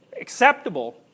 acceptable